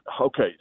Okay